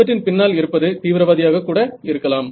சுவற்றின் பின்னால் இருப்பது தீவிரவாதியாக கூட இருக்கலாம்